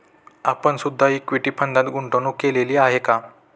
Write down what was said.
आपण सुद्धा इक्विटी फंडात गुंतवणूक केलेली आहे का?